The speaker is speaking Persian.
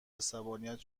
عصبانیت